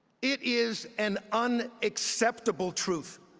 it is an unacceptable truth